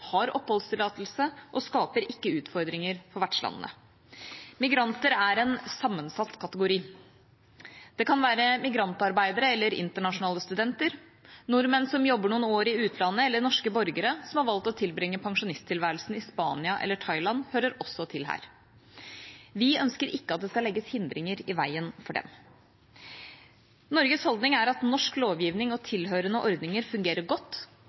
har oppholdstillatelse og skaper ikke utfordringer for vertslandene. Migranter er en sammensatt kategori. Det kan være migrantarbeidere eller internasjonale studenter. Nordmenn som jobber noen år i utlandet, og norske borgere som har valgt å tilbringe pensjonistlivet i Spania eller Thailand, hører også til her. Vi ønsker ikke at det skal legges hindringer i veien for dem. Norges holdning er at norsk lovgivning og tilhørende ordninger fungerer godt,